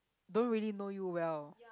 don't really know you well